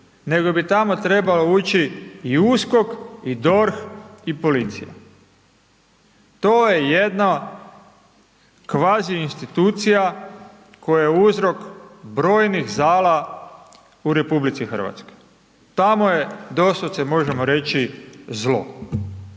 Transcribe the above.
nego bi tamo trebao ući i USKOK i DORH i policija. To je jedna kvazi institucija koja je uzrok brojnih zala u RH, tamo je, doslovce možemo reći zlo.